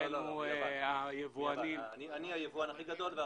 אני היבואן הכי גדול.